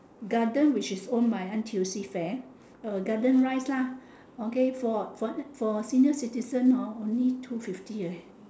garden which is owned by N_T_U_C fair uh garden rice lah okay for for for senior citizen hor only two fifty eh